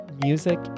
music